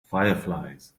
fireflies